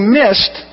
missed